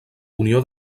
unió